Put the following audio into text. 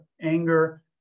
anger